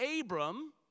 Abram